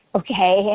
okay